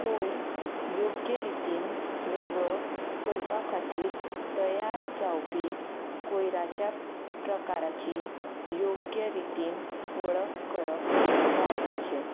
कयर योग्य रितीन वेगळो करपा खातीर तयार जावपी कयराच्या प्रकाराची योग्य रितीन वळख करप म्हत्वाचें